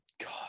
God